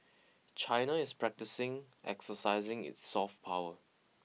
China is practising exercising its soft power